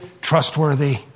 trustworthy